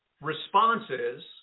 responses